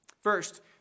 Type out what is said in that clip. First